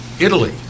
Italy